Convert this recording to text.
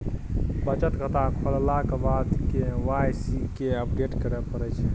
बचत खाता खोललाक बाद के वाइ सी केँ अपडेट करय परै छै